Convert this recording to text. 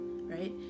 right